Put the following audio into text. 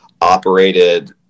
operated